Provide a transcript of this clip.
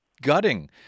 Gutting